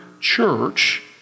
church